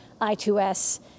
I2S